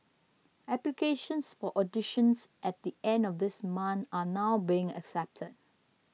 applications for auditions at the end of this month are now being accepted